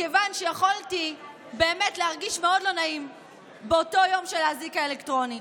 מכיוון שיכולתי באמת להרגיש מאוד לא נעים באותו יום של האזיק האלקטרוני,